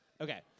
Okay